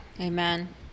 Amen